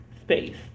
space